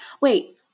Wait